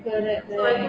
correct correct